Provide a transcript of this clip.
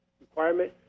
requirement